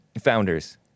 founders